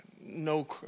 No